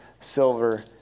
silver